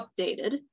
updated